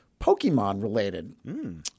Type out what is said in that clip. Pokemon-related